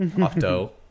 Octo